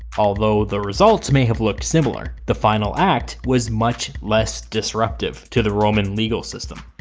although the results may have looked similar, the final act was much less disruptive to the roman legal system.